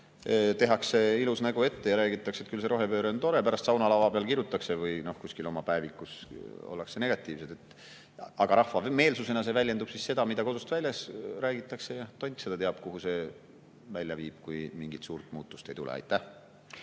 tehakse ilus nägu ette ja räägitakse, et küll see rohepööre on tore, pärast saunalava peal kirutakse või kuskil oma päevikus ollakse negatiivsed. Aga rahva meelsus väljendab seda, mida kodust väljas räägitakse. Tont seda teab, kuhu see välja viib, kui mingit suurt muutust ei tule. Aitäh!